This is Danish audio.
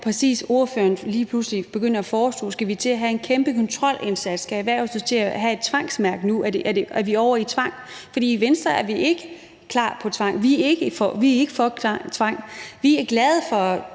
ordføreren lige pludselig præcist at foreslå? Skal vi til at have en kæmpe kontrolindsats? Skal erhvervslivet nu til at have et tvangsmærke? Er vi ovre i tvang? For i Venstre er vi ikke klar til tvang. Vi er ikke for tvang. Vi er glade for